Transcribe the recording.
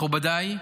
מכובדיי,